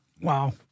Wow